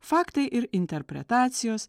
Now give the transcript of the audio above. faktai ir interpretacijos